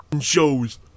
shows